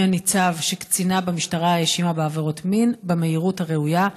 הניצב שקצינה במשטרה האשימה בעבירות מין "במהירות הראויה".